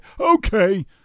Okay